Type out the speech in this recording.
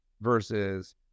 versus